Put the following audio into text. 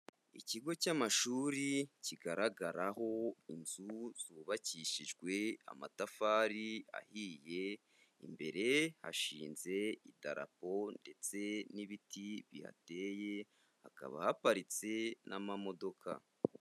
Ikigo cy'amashuri kigaragaraho inzu zubakishijwe amatafari ahiye, imbere hashinze idarapo ndetse n'ibiti bihateye, hakaba haparitse n'amamodoka.